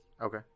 Okay